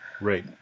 Right